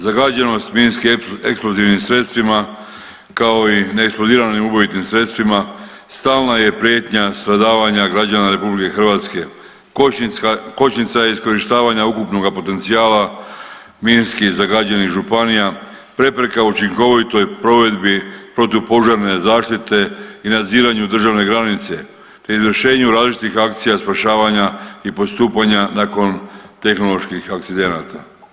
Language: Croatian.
Zagađenost minski eksplozivnim sredstvima, kao i neeksplodiranim ubojitim sredstvima stalna je prijetnja stradavanja građana RH, kočnica, kočnica iskorištavanja ukupnoga potencijala minski zagađenih županija, prepreka učinkovitoj provedbi protupožarne zaštite i nadziranju državne granice, te izvršenju različitih akcija spašavanja i postupanja nakon tehnoloških akcidenata.